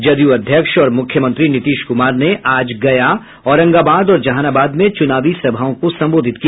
जदयू अध्यक्ष और मुख्यमंत्री नीतीश कुमार ने आज गया औरंगाबाद और जहानाबाद में चुनावी सभाओं को संबोधित किया